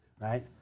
right